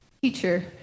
Teacher